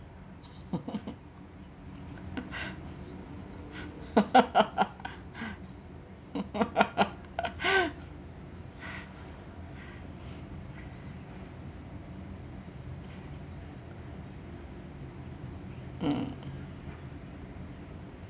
mm